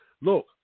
Look